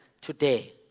today